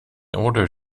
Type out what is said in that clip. order